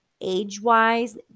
Age-wise